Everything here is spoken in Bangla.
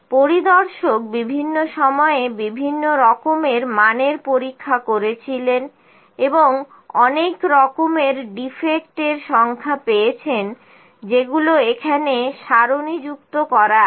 পরিদর্শক বিভিন্ন সময়ে বিভিন্ন রকমের মানের পরীক্ষা করেছিলেন এবং অনেক রকমের ডিফেক্ট এর সংখ্যা পেয়েছেন যেগুলো এখানেসরণি যুক্ত করা আছে